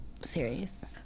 series